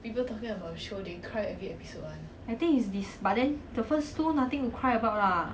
I think it's this but then the first two nothing to cry about lah